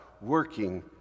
working